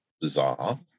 bizarre